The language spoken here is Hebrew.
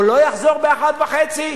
או לא יחזור ב-13:30?